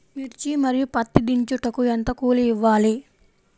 మిర్చి మరియు పత్తి దించుటకు ఎంత కూలి ఇవ్వాలి?